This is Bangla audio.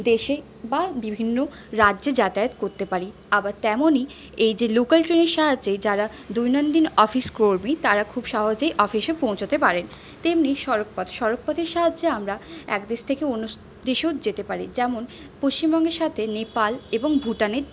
দেশে বা বিভিন্ন রাজ্যে যাতায়াত করতে পারি আবার তেমনই এই যে লোকাল ট্রেনের সাহায্যে যারা দৈনন্দিন অফিস কর্মী তারা খুব সহজেই অফিসে পৌঁছোতে পারেন তেমনি সড়কপথ সড়কপথের সাহায্যে আমরা এক দেশ থেকে অন্য দেশেও যেতে পারি যেমন পশ্চিমবঙ্গের সাথে নেপাল এবং ভুটানের